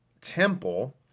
temple